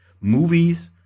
Movies